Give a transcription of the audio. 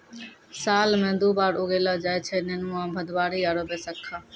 साल मॅ दु बार उगैलो जाय छै नेनुआ, भदबारी आरो बैसक्खा